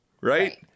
right